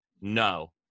no